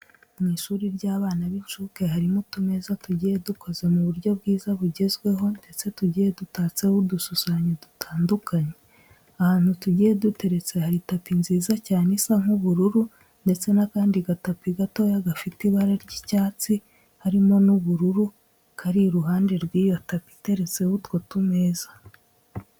Mu ishuri ry'abana b'inshuke harimo utumeza tugiye dukoze mu buryo bwiza bugezweho ndetse tugiye dutatseho udushushanyo dutandukanye. Ahantu tugiye duteretse hari tapi nziza cyane isa nk'ubururu ndetse n'akandi gatapi gatoya gafite ibara ry'icyatsi harimo n'ubururu kari iruhande rw'iyo tapi iteretseho utwo tumeza.